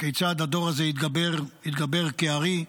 הדור הזה התגבר כארי,